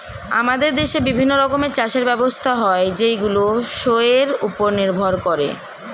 আমাদের দেশে বিভিন্ন রকমের চাষের ব্যবস্থা হয় যেইগুলো শোয়ের উপর নির্ভর করে